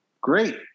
great